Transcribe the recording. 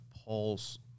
Paul's